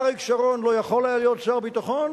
אריק שרון לא יכול היה להיות שר הביטחון,